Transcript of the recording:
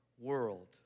world